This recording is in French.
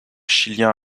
chilien